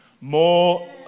More